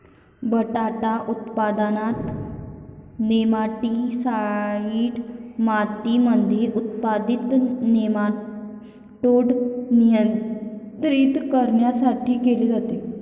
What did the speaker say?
बटाटा उत्पादनात, नेमाटीसाईड मातीमध्ये उत्पादित नेमाटोड नियंत्रित करण्यासाठी केले जाते